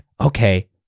okay